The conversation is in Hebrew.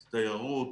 תיירות,